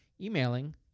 emailing